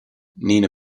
nina